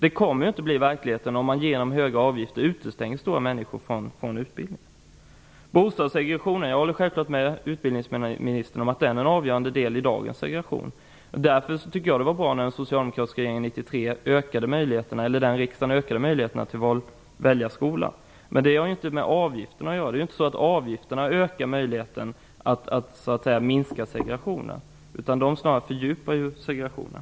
Det kommer inte att bli verklighet om man genom höga avgifter utestänger stora grupper från utbildningen. Jag håller med utbildningsministern om att bostadssegregationen spelar en avgörande roll för segregationen i dagens skolor. Därför tycker jag att det var bra att riksdagen 1993 ökade möjligheterna för elever att välja skola. Men det har inte med avgifterna att göra. Det är inte så att avgifterna ökar möjligheten att minska segregationen; de fördjupar snarare segregationen.